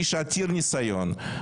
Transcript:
איש עתיר ניסיון.